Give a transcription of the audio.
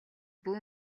бүү